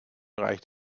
reicht